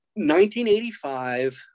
1985